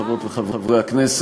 חברות וחברי הכנסת,